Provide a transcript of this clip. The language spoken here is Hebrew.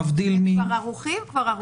הם כבר ערוכים לצילומים?